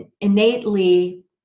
innately